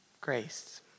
Grace